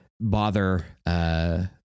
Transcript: bother